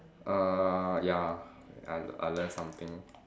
uh ya I I learn something